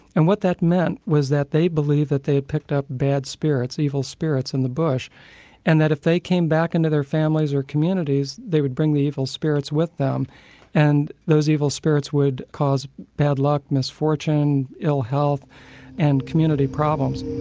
and what that meant was that they believed that they had picked up bad spirits, evil spirits in the bush and that if they came back into their families or communities they would bring the evil spirits with them and those evil spirits would cause bad luck, misfortune, ill health and community problems.